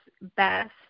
best